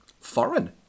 Foreign